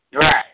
Right